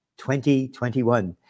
2021